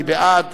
מי בעד,